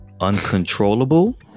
uncontrollable